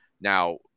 Now